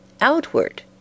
outward